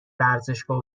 ورزشگاه